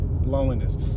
loneliness